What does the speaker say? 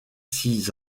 six